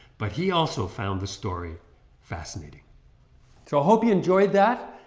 but he also found the story fascinating so i hope you enjoyed that.